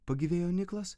pagyvėjo niklas